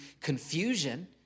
confusion